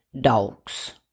dogs